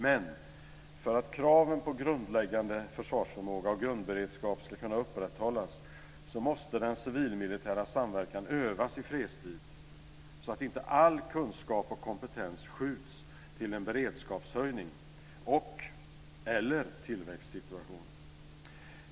Men för att kraven på grundläggande försvarsförmåga och grundberedskap ska kunna upprätthållas måste den civil-militära samverkan övas i fredstid så att inte all kunskap och kompetens skjuts till en beredskapshöjning eller en tillväxtsituation.